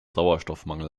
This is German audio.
sauerstoffmangel